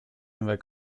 never